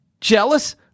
Jealous